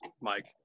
Mike